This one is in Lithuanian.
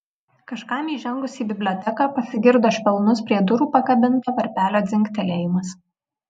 kažkam įžengus į biblioteką pasigirdo švelnus prie durų pakabinto varpelio dzingtelėjimas